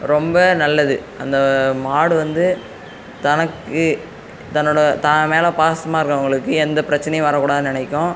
ரொம்ப நல்லது அந்த மாடு வந்து தனக்கு தன்னோட தான் மேல் பாசமாக இருக்கவங்களுக்கு எந்த பிரச்சனையும் வரக்கூடாதுன்னு நெனைக்கும்